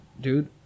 dude